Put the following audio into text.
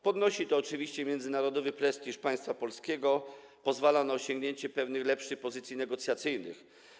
Podnosi to oczywiście międzynarodowy prestiż państwa polskiego, pozwala na osiągnięcie pewnej lepszej pozycji negocjacyjnej.